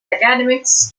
academics